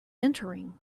entering